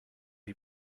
you